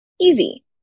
Easy